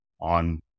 on